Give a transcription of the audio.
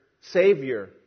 savior